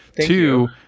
Two